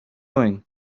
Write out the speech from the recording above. doing